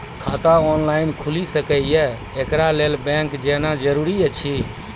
खाता ऑनलाइन खूलि सकै यै? एकरा लेल बैंक जेनाय जरूरी एछि?